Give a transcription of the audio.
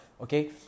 okay